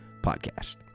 podcast